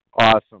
Awesome